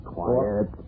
Quiet